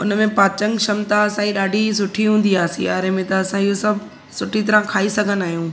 उनमें पाचन क्षमता असांजी ॾाढी सुठी हूंदी आहे सीआरे में त असां इहो सभु सुठी तरह सां खाई सघंदा आहियूं